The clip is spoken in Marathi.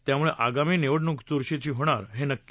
त्यामुळे आगामी निवडणूक चुरशीची होणार हे नक्की